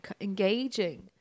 engaging